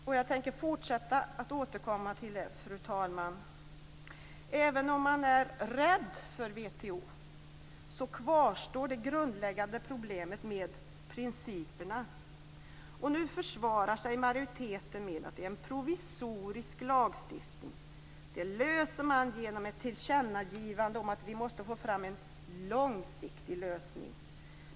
Och jag tänker fortsätta att återkomma till detta, fru talman. Även om man är rädd för WTO kvarstår det grundläggande problemet med principerna. Nu försvarar sig majoriteten med att det rör sig om en provisorisk lagstiftning. Det löser man genom ett tillkännagivande om att vi måste få fram en långsiktig lösning.